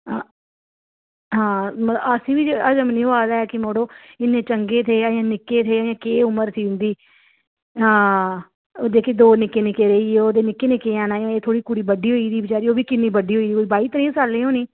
आं हां मतलब अ'सेंगी बी हजम निं होआ दा ऐ कि मड़ो इ'न्ने चंगे थे अजें निक्के थे अजें केह् उमर थी उं'दी हां ओह् जेह्के दौ निक्के निक्के रेही गे ओह् ते निक्के गै हैन अजें कुड़ी बड्डी होई दी बचारी ओह् बी किन्नी बड्डी होई दी कोई बाई त्रेइयें सालै दी होनी